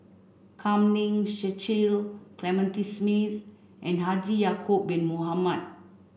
Kam Ning Cecil Clementi Smith and Haji Ya'acob bin Mohamed